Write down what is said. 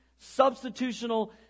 substitutional